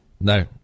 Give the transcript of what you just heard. No